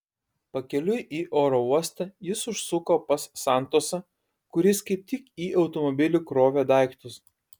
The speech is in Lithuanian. pakeliui į oro uostą jis užsuko pas santosą kuris kaip tik į automobilį krovė daiktus